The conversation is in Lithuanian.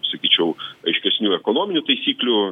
sakyčiau aiškesnių ekonominių taisyklių